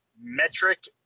metric